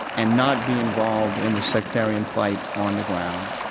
and not be involved in the sectarian fight on the ground.